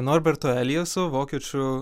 norberto eliaso vokiečių